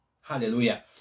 Hallelujah